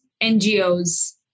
NGOs